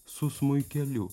su smuikeliu